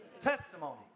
Testimony